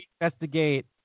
investigate